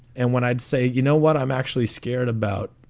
and when i'd say, you know what, i'm actually scared about,